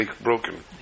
broken